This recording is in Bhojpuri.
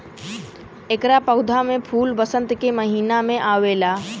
एकरा पौधा में फूल वसंत के महिना में आवेला